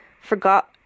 forgot